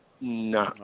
No